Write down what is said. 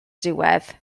diwedd